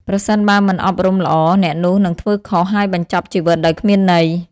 ប្រសិនបើមិនអប់រំល្អ អ្នកនោះនឹងធ្វើខុស ហើយបញ្ចប់ជីវិតដោយគ្មានន័យ។